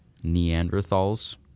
Neanderthals